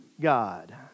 God